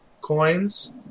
coins